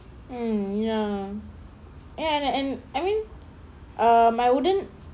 um ya and and I mean uh I wouldn't